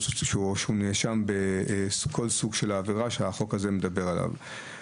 כשהוא נאשם בכל סוג של עבירה שהחוק הזה מדבר עליה.